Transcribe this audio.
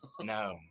No